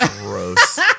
Gross